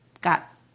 got